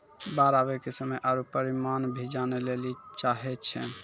बाढ़ आवे के समय आरु परिमाण भी जाने लेली चाहेय छैय?